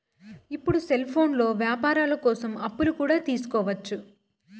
ఇప్పుడు సెల్ఫోన్లో వ్యాపారాల కోసం అప్పులు కూడా తీసుకోవచ్చు